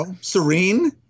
serene